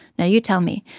now, you tell me,